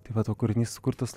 tai vat o kūrinys sukurtas